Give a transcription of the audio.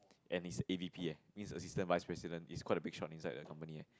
and he's a A V_P eh means assistant vice president he's quite a big shot inside the company eh